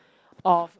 or